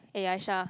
eh Aisyah